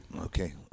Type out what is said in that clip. okay